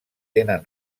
tenen